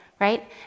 right